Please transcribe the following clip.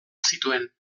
zituen